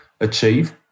achieve